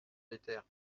l’éther